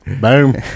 Boom